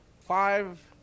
five